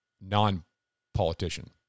non-politician